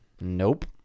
Nope